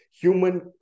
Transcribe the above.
human